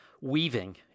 weaving